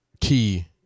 key